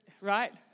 right